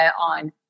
on